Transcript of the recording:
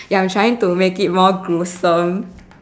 ya I'm trying to make it more gruesome